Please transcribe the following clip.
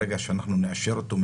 ברגע שנאשר אותו,